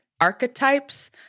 archetypes